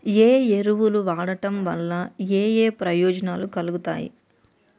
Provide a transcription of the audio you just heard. ఏ ఎరువులు వాడటం వల్ల ఏయే ప్రయోజనాలు కలుగుతయి?